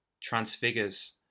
transfigures